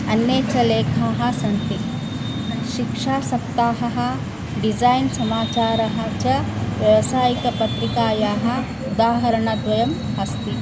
अन्ये च लेखाः सन्ति शिक्षासप्ताहः डिसैन् समाचारः च व्यवसायिकपत्रिकायाः उदाहरणद्वयम् अस्ति